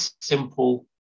simple